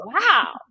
Wow